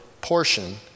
portion